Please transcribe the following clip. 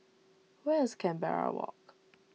where is Canberra Walk